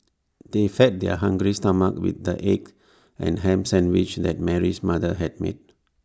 they fed their hungry stomachs with the egg and Ham Sandwiches that Mary's mother had made